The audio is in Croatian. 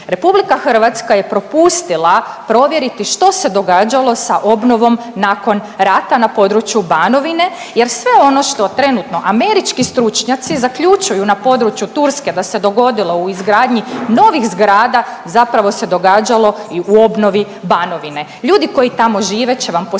Republika Hrvatska je propustila provjeriti što se događalo sa obnovom nakon rata na području Banovine, jer sve ono što trenutno američki stručnjaci zaključuju na području Turske da se dogodilo u izgradnji novih zgrada zapravo se događalo i u obnovi Banovine. Ljudi koji tamo žive će vam posvjedočiti